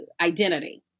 identity